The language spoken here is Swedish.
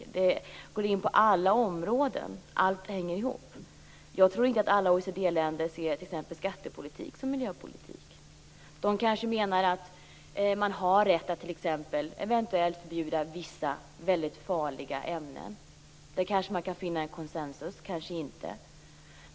Miljöpolitiken går in på alla områden - allt hänger ihop. Jag tror inte att alla OECD-länder ser t.ex. skattepolitik som miljöpolitik. De kanske menar att man har rätt att t.ex. förbjuda vissa väldigt farliga ämnen, och där kanske man kan finna konsensus - kanske inte.